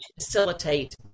Facilitate